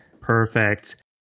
Perfect